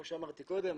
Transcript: כמו שאמרתי קודם,